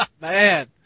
Man